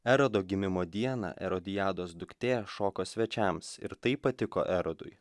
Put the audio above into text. erodo gimimo dieną erodijados duktė šoko svečiams ir taip patiko erodui